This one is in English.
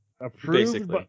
approved